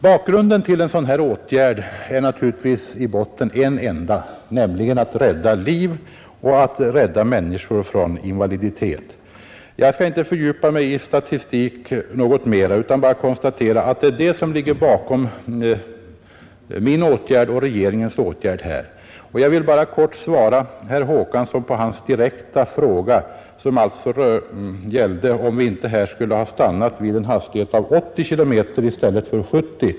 Bakgrunden till en sådan här åtgärd är naturligtvis önskan att rädda liv och att rädda människor från invaliditet. Jag skall inte fördjupa mig i statistik utan bara konstatera att det är vad som ligger bakom min och regeringens åtgärd. Herr Håkansson ställde en direkt fråga, som gällde om vi inte borde ha stannat vid en hastighet av 80 km i timmen i stället för 70.